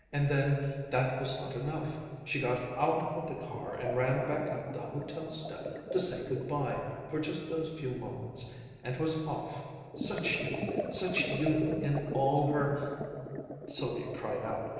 and then that was not enough she got out of the car and ran back up the hotel-step to say good-bye for just those few moments and was off such youth! such youth in all her sylvia cried out,